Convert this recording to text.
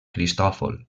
cristòfol